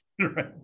right